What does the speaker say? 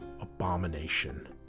abomination